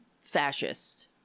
fascist